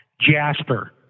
Jasper